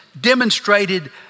demonstrated